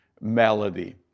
melody